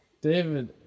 David